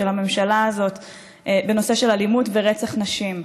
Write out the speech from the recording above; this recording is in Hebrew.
של הממשלה הזאת בנושא של אלימות ורצח נשים.